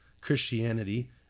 Christianity